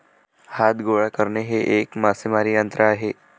हात गोळा करणे हे एक मासेमारी तंत्र आहे